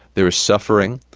there's suffering,